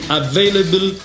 available